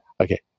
Okay